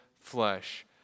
flesh